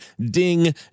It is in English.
DING